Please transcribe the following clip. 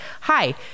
hi